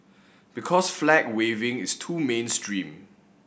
because flag waving is too mainstream